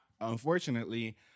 unfortunately